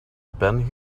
been